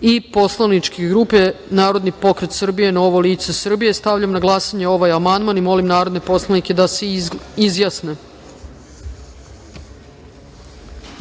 i poslaničke grupe Narodni pokret Srbije - Novo lice Srbije. Stavljam na glasanje ovaj amandman. Molim narodne poslanike da se izjasne.